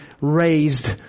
raised